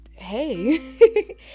hey